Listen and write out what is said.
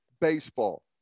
Baseball